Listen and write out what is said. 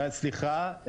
אה, סליחה.